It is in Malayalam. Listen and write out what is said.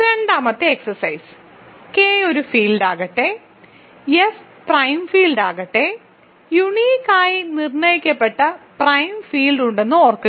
രണ്ടാമത്തെ എക്സർസൈസ് കെ ഒരു ഫീൽഡാകട്ടെ എഫ് പ്രൈം ഫീൽഡാകട്ടെ യുണീക്ക് ആയി നിർണ്ണയിക്കപ്പെട്ട പ്രൈം ഫീൽഡ് ഉണ്ടെന്ന് ഓർക്കുക